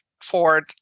Ford